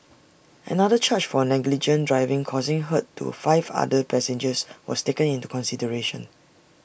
another charge for negligent driving causing hurt to five other passengers was taken into consideration